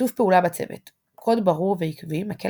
שיתוף פעולה בצוות קוד ברור ועקבי מקל